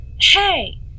Hey